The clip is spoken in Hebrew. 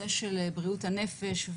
לנושא של בריאות הנפש.